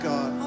God